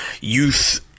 youth